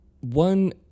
One